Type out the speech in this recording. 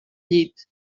llit